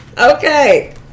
Okay